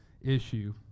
issue